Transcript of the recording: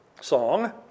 song